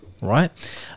right